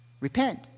Repent